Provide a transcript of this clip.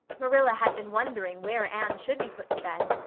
marilla had been wondering where anne should be put to bed.